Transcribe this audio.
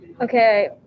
Okay